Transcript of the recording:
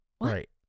Right